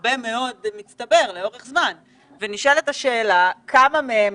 שמצטברת כבר לאורך זמן ונשאלת השאלה כמה מהן,